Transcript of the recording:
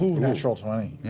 natural twenty.